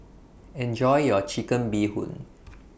Enjoy your Chicken Bee Hoon